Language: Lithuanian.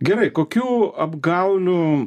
gerai kokių apgaulių